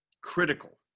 critical